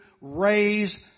raise